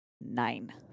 nine